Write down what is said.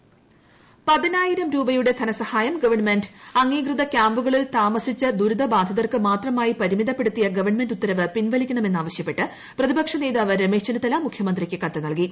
രമേശ് ചെന്നിത്തല പതിനായിരം രൂപയുടെ ധനസഹായം ഗവൺമെന്റ് അംഗീകൃത കൃാമ്പുകളിൽ താമസിച്ച ദുരിത ബാധിതർക്ക് മാത്രമായി പരിമിതപ്പെടുത്തിയ ഗവൺമെന്റ് ഉത്തരവ് പിൻവലിക്കണമെന്നാവശ്യപ്പെട്ട് പ്രതിപക്ഷ നേതാവ് രമേശ് ചെന്നിത്തല മുഖ്യമന്ത്രിക്ക് കത്ത് നൽകി